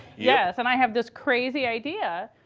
yes. and i have this crazy idea.